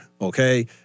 okay